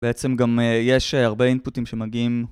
בעצם גם יש הרבה אינפוטים שמגיעים